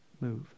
move